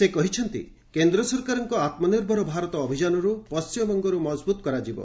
ସେ କହିଛନ୍ତି କେନ୍ଦ୍ର ସରକାରଙ୍କ ଆତ୍କନିର୍ଭର ଭାରତ ଅଭିଯାନକୁ ପଣ୍ଟିମବଙ୍ଗରୁ ମଜବୁତ କରାଯିବ